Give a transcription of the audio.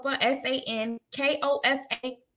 S-A-N-K-O-F-A